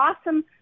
awesome